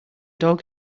dog